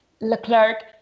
leclerc